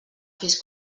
fes